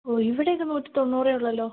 ഓ ഇവിടെയൊക്കെ നൂറ്റി തൊണ്ണൂറെ ഉള്ളുവല്ലോ